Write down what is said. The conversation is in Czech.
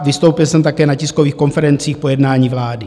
Vystoupil jsem také na tiskových konferencích po jednání vlády.